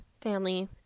family